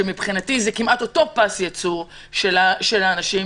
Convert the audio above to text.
שמבחינתי זה כמעט אותו פס ייצור של אנשים,